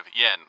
yen